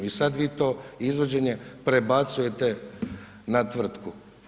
I sad vi to izvođenje prebacujete na tvrtku.